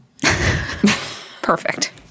Perfect